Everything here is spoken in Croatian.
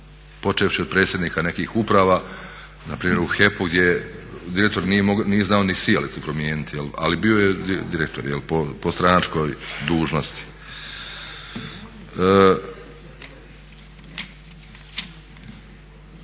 počevši od predsjednika nekih uprava npr. u HEP-u gdje direktor nije znao ni sijalicu promijeniti ali bio je direktor po stranačkoj dužnosti.